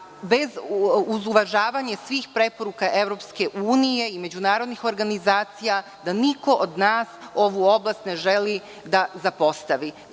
uz uvažavanje svih preporuka Evropske unije i međunarodnih organizacija, da niko od nas ovu oblast ne želi da zapostavi.